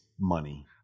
money